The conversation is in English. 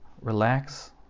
relax